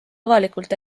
avalikult